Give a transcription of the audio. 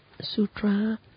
sutra